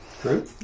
True